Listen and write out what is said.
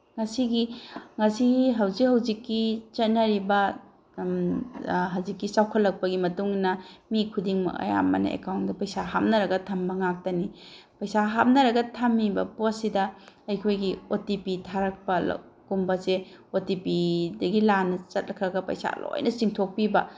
ꯉꯁꯤꯒꯤ ꯉꯁꯤꯒꯤ ꯍꯧꯖꯤꯛ ꯍꯧꯖꯤꯛꯀꯤ ꯆꯠꯅꯔꯤꯕ ꯍꯧꯖꯤꯛꯀꯤ ꯆꯥꯎꯈꯠꯂꯛꯄꯒꯤ ꯃꯇꯨꯡꯏꯟꯅ ꯃꯤ ꯈꯨꯗꯤꯡꯃꯛ ꯑꯌꯥꯝꯕꯅ ꯑꯦꯀꯥꯎꯟꯗ ꯄꯩꯁꯥ ꯍꯥꯞꯅꯔꯒ ꯊꯝꯕ ꯉꯥꯛꯇꯅꯤ ꯄꯩꯁꯥ ꯍꯥꯞꯅꯔꯒ ꯊꯝꯃꯤꯕ ꯄꯣꯠꯁꯤꯗ ꯑꯩꯈꯣꯏꯒꯤ ꯑꯣ ꯇꯤ ꯄꯤ ꯊꯥꯔꯛꯄ ꯀꯨꯝꯕꯁꯦ ꯑꯣ ꯇꯤ ꯄꯤꯗꯒꯤ ꯂꯥꯟꯅ ꯆꯠꯈ꯭ꯔꯒ ꯄꯩꯁꯥ ꯂꯣꯏꯅ ꯆꯤꯡꯊꯣꯛꯄꯤꯕ